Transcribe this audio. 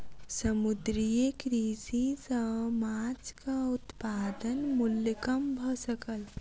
समुद्रीय कृषि सॅ माँछक उत्पादन मूल्य कम भ सकल